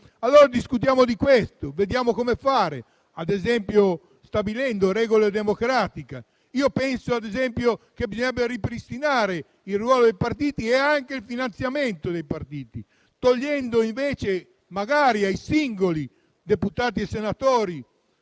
Allora discutiamo di questo e vediamo come fare, ad esempio stabilendo regole democratiche. Penso, ad esempio, che bisognerebbe ripristinare il ruolo e anche il finanziamento dei partiti, togliendo magari ai singoli deputati e senatori,